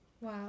Wow